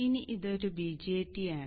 ഇനി ഇതൊരു BJT ആണ്